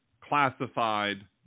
classified